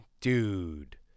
Dude